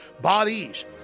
Bodies